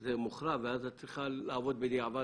זה מוכרע ואז את צריכה לעבוד בדיעבד,